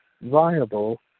viable